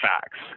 facts